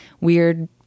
weird